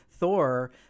Thor